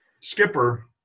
skipper